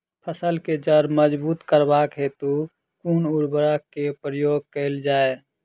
फसल केँ जड़ मजबूत करबाक हेतु कुन उर्वरक केँ प्रयोग कैल जाय?